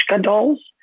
dolls